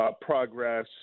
progress